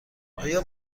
آیا